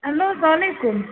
hello اسلام علیکُم